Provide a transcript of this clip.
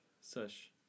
Sush